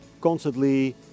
constantly